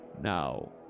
Now